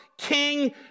King